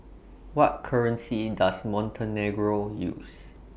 What currency Does Montenegro use